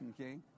Okay